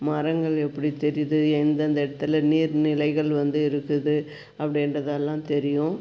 மரங்கள் எப்படி தெரியுது எந்தெந்த இடத்துல நீர் நிலைகள் வந்து இருக்குது அப்படின்றதெல்லாம் தெரியும்